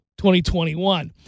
2021